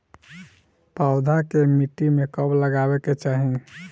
पौधा के मिट्टी में कब लगावे के चाहि?